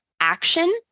action